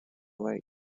lake